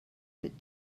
but